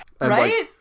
Right